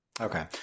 Okay